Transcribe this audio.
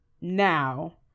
now